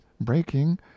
breaking